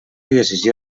decisió